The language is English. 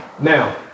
Now